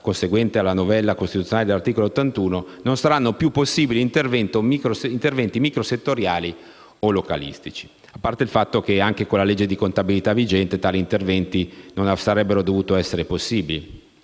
conseguente alle novella costituzionale dell'articolo 81, non saranno più possibili interventi micro settoriali o localistici. A parte il fatto che anche con la legge di contabilità vigente tali interventi non sarebbero dovuto essere possibili.